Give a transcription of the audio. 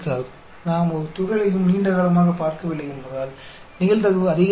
ऐसा नहीं है कि प्रोबेबिलिटी बढ़ जाएगी क्योंकि हमने एक कण को लंबे समय तक नहीं देखा है